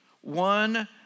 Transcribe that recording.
One